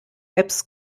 apps